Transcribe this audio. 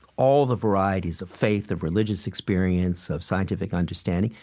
all the varieties of faith, of religious experience, of scientific understanding,